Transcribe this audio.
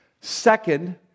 Second